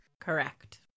Correct